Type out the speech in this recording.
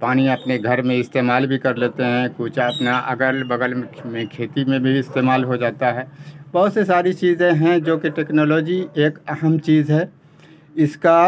پانی اپنے گھر میں استعمال بھی کر لیتے ہیں کچھ اپنا اگل بگل میں کھیتی میں بھی استعمال ہو جاتا ہے بہت سے ساری چیزیں ہیں جو کہ ٹیکنالوجی ایک اہم چیز ہے اس کا